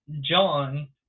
John